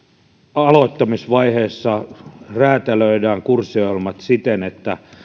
aloittamisvaiheessa räätälöidään kurssiohjelmat siten että